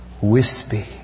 wispy